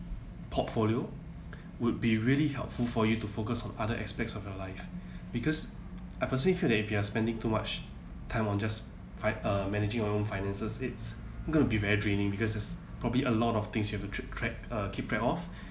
portfolio would be really helpful for you to focus on other aspects of your life because I personally feel that if you are spending too much time on just fi~ err managing your own finances it's gonna be very draining because it's probably a lot of things you've to track track uh keep track of